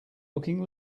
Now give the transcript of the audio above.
looking